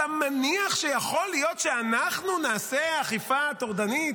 אתה מניח שיכול להיות שאנחנו נעשה אכיפה טורדנית,